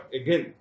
again